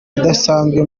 idasanzwe